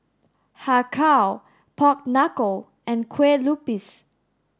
Har Kow pork knuckle and Kue Lupis